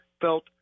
felt